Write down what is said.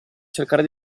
cercare